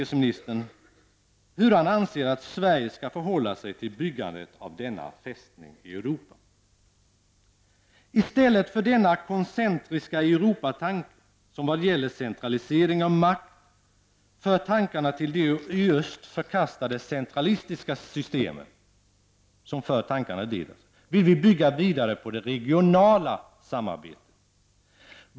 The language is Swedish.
Sverige skall förhålla sig till byggandet av denna I stället för denna koncentriska Europatanke -- som vad gäller centralisering av makt för tankarna till de i öst förkastade centralistiska systemen -- vill vi bygga vidare på det regionala samarbetet.